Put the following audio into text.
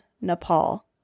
Nepal